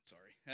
Sorry